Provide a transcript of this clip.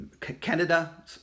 Canada